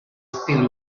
still